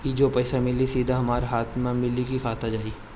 ई जो पइसा मिली सीधा हमरा हाथ में मिली कि खाता में जाई?